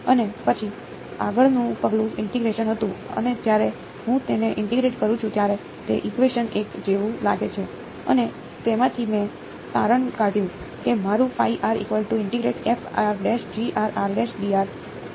અને પછી આગળનું પગલું ઇન્ટીગ્રેશન હતું અને જ્યારે હું તેને ઇન્ટીગ્રેટ કરું છું ત્યારે તે ઇકવેશન 1 જેવું લાગે છે અને તેમાંથી મેં તારણ કાઢ્યું કે મારું